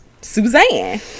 Suzanne